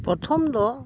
ᱯᱨᱚᱛᱷᱚᱢ ᱫᱚ